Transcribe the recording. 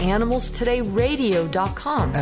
AnimalstodayRadio.com